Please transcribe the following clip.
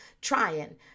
trying